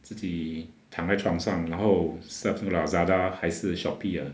自己躺在床上然后 surf 那个 lazada 还是 shoppe ah